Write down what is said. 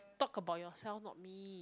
talk about yourself not me